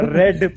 red